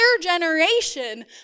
generation